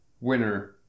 winner